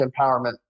empowerment